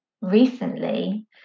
recently